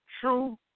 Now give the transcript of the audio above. true